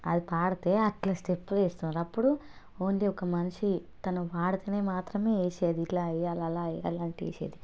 అది పాడితే అలా స్టెప్పులు వేస్తున్నారు అప్పుడు ఓన్లీ ఒక మనిషి తను పాడితేనే మాత్రమే వేసేది ఇలా వెయ్యాలా అలా వెయ్యాలా అంటే వేసేది